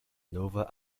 nova